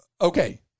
okay